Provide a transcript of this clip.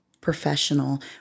professional